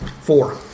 Four